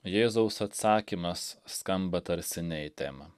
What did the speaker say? jėzaus atsakymas skamba tarsi ne į temą